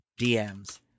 DMs